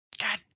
God